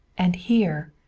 and here!